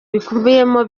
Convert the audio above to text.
bikubiyemo